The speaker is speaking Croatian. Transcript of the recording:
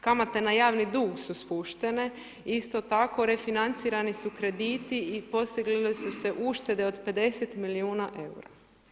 Kamate na javni dug su spuštene, isto tako refinancirani su krediti postigle su se uštede od 50 milijuna eura.